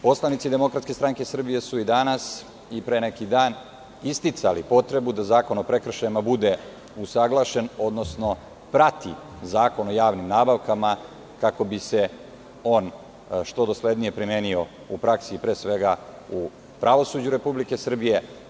Poslanici DSS su i danas i pre neki dan isticali potrebu da Zakon o prekršajima bude usaglašen, odnosno prati Zakon o javnim nabavkama, kako bi se on što doslednije primenio u praksi, pre svega u pravosuđu Republike Srbije.